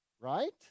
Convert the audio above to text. right